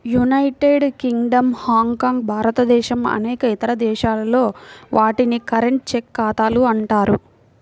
United Kingdom, Hong Kong, భారతదేశం అనేక ఇతర దేశాల్లో, వాటిని కరెంట్, చెక్ ఖాతాలు అంటారు